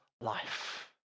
life